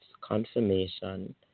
confirmation